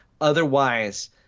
Otherwise